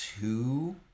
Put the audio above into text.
two